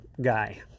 guy